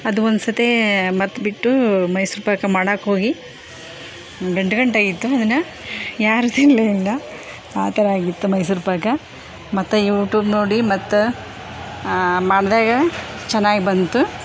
ಅದು ಒಂದು ಸರ್ತಿ ಮತ್ಬಿಟ್ಟು ಮೈಸೂರು ಪಾಕ ಮಾಡೋಕೆ ಹೋಗಿ ಗಂಟು ಗಂಟಾಗಿತ್ತು ಅದನ್ನು ಯಾರು ತಿನ್ನಲೇ ಇಲ್ಲ ಆ ಥರ ಆಗಿತ್ತು ಮೈಸೂರು ಪಾಕ ಮತ್ತು ಯೂಟೂಬ್ ನೋಡಿ ಮತ್ತು ಮಾಡಿದಾಗ ಚೆನ್ನಾಗಿ ಬಂತು